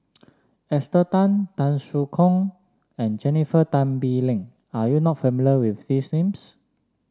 Esther Tan Tan Soo Khoon and Jennifer Tan Bee Leng are you not familiar with these names